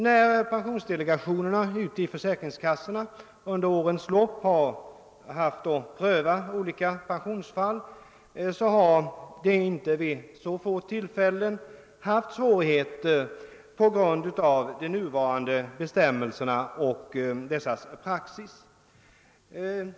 När pensionsdelegationerna i försäkringskassorna under årens lopp prövat olika pensionsfall har de vid inte så få tillfällen haft svårigheter på grund av de nuvarande bestämmelserna och den praxis som utvecklats.